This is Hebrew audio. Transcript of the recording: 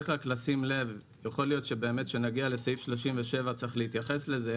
יש שים לב יכול להיות שכשנגיע לסעיף 37 יש להתייחס חזה,